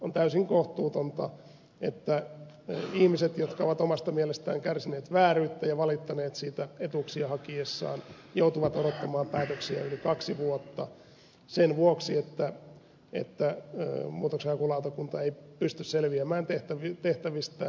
on täysin kohtuutonta että ihmiset jotka ovat omasta mielestään kärsineet vääryyttä ja valittaneet siitä etuuksia hakiessaan joutuvat odottamaan päätöksiä yli kaksi vuotta sen vuoksi että muutoksenhakulautakunta ei pysty selviämään tehtävistään